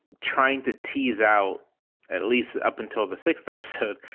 trying to tease out at least up until the sixth episode,